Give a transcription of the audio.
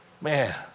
Man